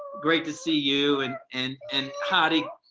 great to see you and and and hadi.